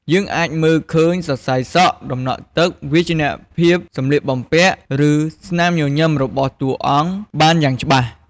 យើងអាចមើលឃើញ សរសៃសក់ ដំណក់ទឹក វាយនភាពសម្លៀកបំពាក់ ឬស្នាមញញឹមរបស់តួអង្គបានយ៉ាងច្បាស់ ។